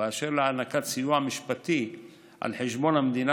ובאשר להענקת סיוע משפטי על חשבון המדינה